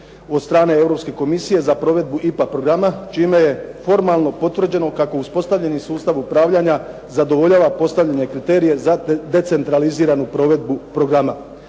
od strane Europske komisije za provedbu IPA programa čime je formalno potvrđeno kako uspostavljeni sustav upravljanja zadovoljava postavljene kriterije za decentraliziranu provedbu programa.